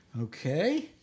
Okay